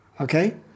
okay